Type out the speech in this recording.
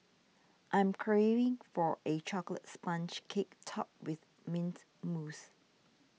I am craving for a Chocolate Sponge Cake Topped with Mint Mousse